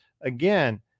again